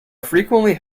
frequently